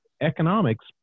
economics